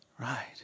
Right